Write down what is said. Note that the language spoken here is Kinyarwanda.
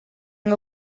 ngo